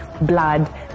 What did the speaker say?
Blood